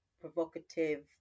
provocative